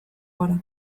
gara